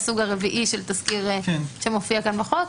הסוג הרביעי שמופיע כאן בחוק.